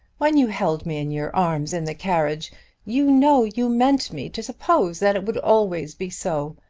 when you held me in your arms in the carriage you know you meant me to suppose that it would always be so.